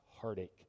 heartache